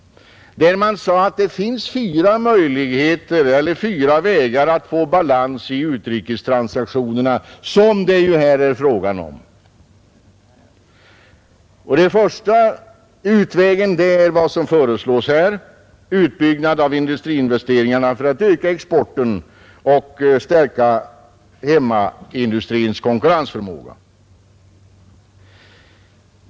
Det finns, sade man, fyra vägar att få balans i utrikestransaktionerna, s4m det ju här är fråga om. Den första vägen är vad som föreslås här: en utbyggnad av industriinvesteringarna för att öka exporten och stärka hemmaindustrins konkurrensförmåga.